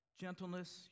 gentleness